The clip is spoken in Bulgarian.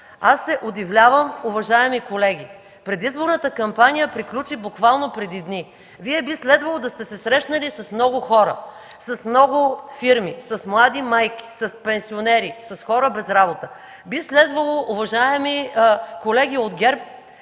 Аз се удивлявам, уважаеми колеги, предизборната кампания приключи буквално преди дни. Вие би следвало да сте се срещнали с много хора, с много фирми, с млади майки, с пенсионери, с хора без работа. Би следвало, уважаеми колеги от ГЕРБ,